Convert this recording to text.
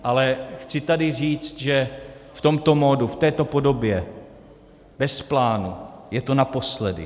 Ale chci tady říct, že v tomto modu, v této podobě bez plánu je to naposledy.